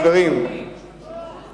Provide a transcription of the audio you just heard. שאת לא רוצה אשה,